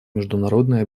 международные